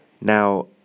Now